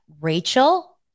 Rachel